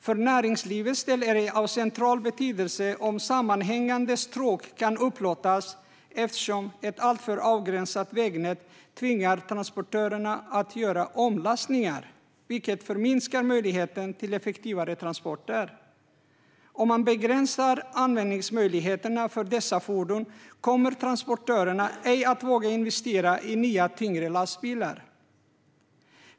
För näringslivets del är det av central betydelse om sammanhängande stråk kan upplåtas eftersom ett alltför avgränsat vägnät tvingar transportörerna att göra omlastningar, vilket minskar möjligheten till effektivare transporter. Om man begränsar användningsmöjligheterna för dessa fordon kommer transportörerna inte att våga investera i nya tyngre lastbilar.